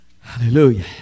Hallelujah